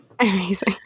Amazing